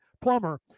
plumber